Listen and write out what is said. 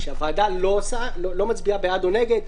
שהוועדה לא מצביעה בעד או נגד,